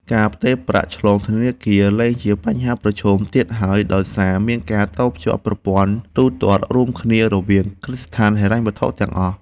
ការផ្ទេរប្រាក់ឆ្លងធនាគារលែងជាបញ្ហាប្រឈមទៀតហើយដោយសារមានការតភ្ជាប់ប្រព័ន្ធទូទាត់រួមគ្នារវាងគ្រឹះស្ថានហិរញ្ញវត្ថុទាំងអស់។